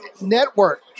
network